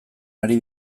ari